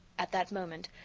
at that moment,